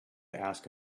ask